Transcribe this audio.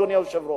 אדוני היושב-ראש.